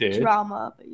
drama